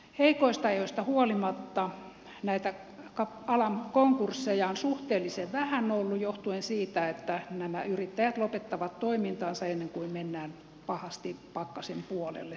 heikoista ajoista huolimatta näitä alan konkursseja on ollut suhteellisen vähän johtuen siitä että nämä yrittäjät lopettavat toimintansa ennen kuin mennään pahasti pakkasen puolelle tässä liikevaihdossa